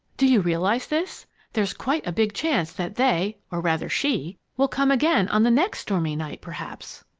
do you realize this there's quite a big chance that they or rather, she will come again on the next stormy night perhaps!